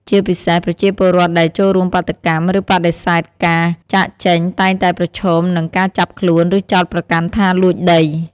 ជាពិសេស ប្រជាពលរដ្ឋដែលចូលរួមបាតុកម្ម ឬបដិសេធការចាកចេញ តែងតែប្រឈមមុខនឹងការចាប់ខ្លួន ឬចោទប្រកាន់ថាលួចដី។